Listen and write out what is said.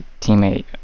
teammate